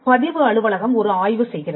பதிவு அலுவலகம் ஒரு ஆய்வு செய்கிறது